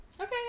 okay